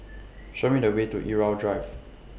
Show Me The Way to Irau Drive